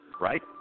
Right